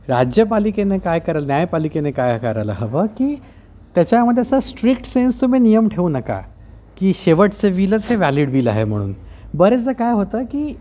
राज्यपालिकेने काय करायला न्यायपालिकेने काय करायला हवं की त्याच्यामध्ये असा स्ट्र्रीक्ट सेंस तुम्ही नियम ठेवू नका की शेवटचं विलचं हे व्हॅलीड विल आहे म्हणून बरेचदा काय होतं की